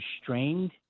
restrained